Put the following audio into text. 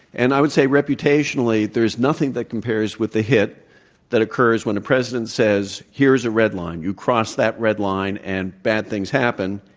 and i would say reputationally, there is nothing that compares with the hit that occurs when the president says, here is a red line. you cross that red line, and bad things happen,